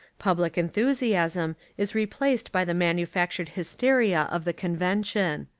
public enthusiasm is replaced by the manufactured hysteria of the convention.